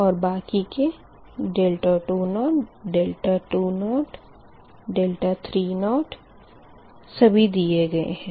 और बाकी के 20 20 30 सभी दिए गए है